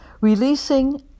releasing